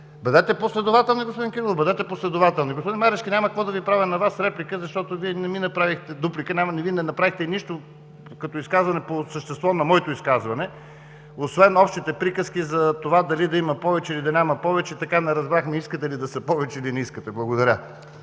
Бъдете последователни, господин Кирилов, бъдете последователни! Господин Марешки, няма какво да Ви правя дуплика, защото Вие не направихте нищо като изказване по същество на моето изказване, освен общите приказки за това дали да има или да няма повече. Така и не разбрахме искате ли да са повече или не искате. Благодаря.